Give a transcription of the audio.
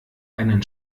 einen